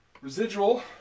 Residual